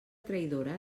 traïdora